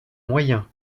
moyen